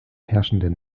herrschenden